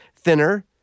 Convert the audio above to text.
thinner